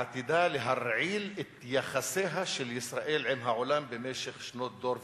העתידה להרעיל את יחסיה של ישראל עם העולם במשך שנות דור ויותר.